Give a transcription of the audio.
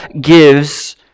gives